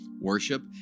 worship